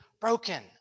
broken